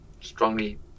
strongly